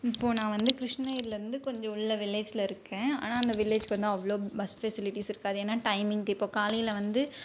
இப்போது நான் வந்து கிருஷ்ணகிரிலேருந்து கொஞ்சம் உள்ளே வில்லேஜில் இருக்கேன் ஆனால் அந்த வில்லேஜுக்கு வந்து அவ்வளோ பஸ் ஃபெசிலிட்டிஸ் இருக்காது ஏனால் டைமிங் இப்போ காலையில் வந்து